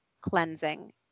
cleansing